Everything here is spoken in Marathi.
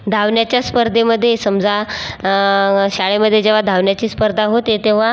धावण्याच्या स्पर्धेमध्ये समजा शाळेमध्ये जेव्हा धावण्याची स्पर्धा होते तेव्हा